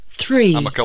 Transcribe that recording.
three